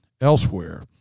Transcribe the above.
elsewhere